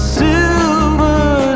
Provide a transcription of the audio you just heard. silver